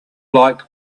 like